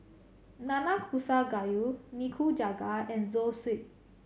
Nnanakusa Gayu Nikujaga and Zosui